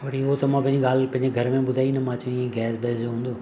वरी उहा त मां पंहिंजी ॻाल्हि पंहिंजे घर में ॿुधाई न मां चई गैस वैस जो हूंदो